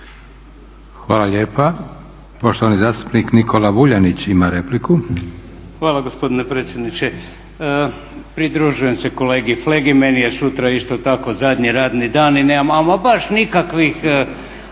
Hvala lijepa. Poštovani zastupnik Nikola Vuljanić ima repliku. **Vuljanić, Nikola (Nezavisni)** Hvala gospodine predsjedniče. Pridružujem se kolegi Flegi, meni je sutra isto tako zadnji radni dan i nemam ama baš nikakvih